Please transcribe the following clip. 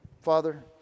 Father